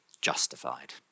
justified